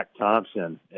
Thompson